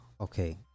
okay